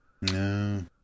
No